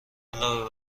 علاوه